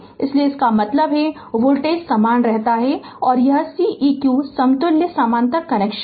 इसलिए इसका मतलब है वोल्टेज समान रहता है और यह Ceq समतुल्य समानांतर कनेक्शन है